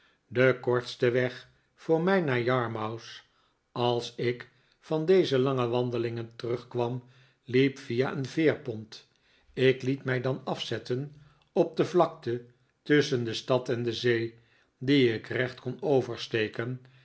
de kortste weg voor mij naar yarmouth als ik van deze lange wandelingen terugkwam hep via een veerpont ik liet mij dan afzetten op de vlakte tusschen de stad en de zee die ik recht kon oversteken